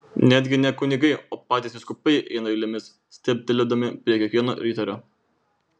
netgi ne kunigai o patys vyskupai eina eilėmis stabtelėdami prie kiekvieno riterio